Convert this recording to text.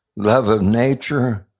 love of nature,